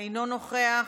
אינו נוכח,